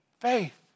Faith